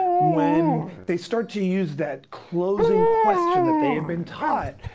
when they start to use that closing question that they have been taught,